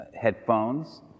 headphones